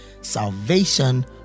salvation